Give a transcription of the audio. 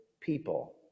people